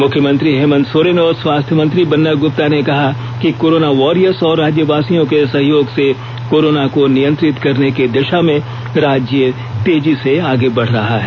मुख्यमंत्री हेमन्त सोरेन और स्वास्थ्य मंत्री बन्ना गुप्ता ने कहा कि कोरोना वॉरियर्स और राज्यवासियों के सहयोग से कोरोनो को नियंत्रित करने की दिशा में राज्य तेजी से आगे बढ़ रहा है